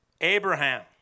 Abraham